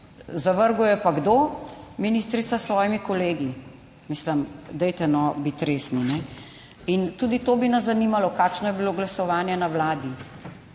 zavrgel pa kdo? Ministrica, s svojimi kolegi. Dajte no biti resni! In tudi to bi nas zanimalo, kakšno je bilo glasovanje na Vladi,